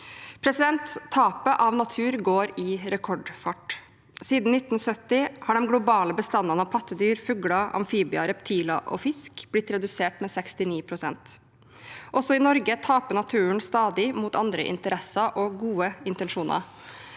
i Norge. Tapet av natur går i rekordfart. Siden 1970 har de globale bestandene av pattedyr, fugler, amfibier, reptiler og fisk blitt redusert med 69 pst. Også i Norge taper naturen stadig mot andre interesser og gode intensjoner.